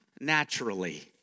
naturally